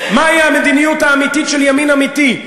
מהי המדיניות האמיתית של ימין אמיתי.